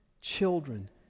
children